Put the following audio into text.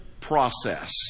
process